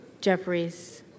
Jeffries